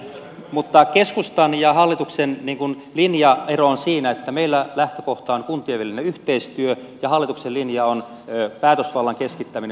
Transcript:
mutta keskustan ja hallituksen linjaero on siinä että meillä lähtökohta on kuntien välinen yhteistyö ja hallituksen linja on päätösvallan keskittäminen maakuntakeskuksiin